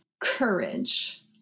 courage